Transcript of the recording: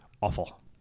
awful